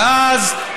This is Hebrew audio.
ואז,